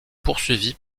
poursuivie